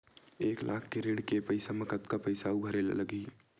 एक लाख के ऋण के पईसा म कतका पईसा आऊ भरे ला लगही?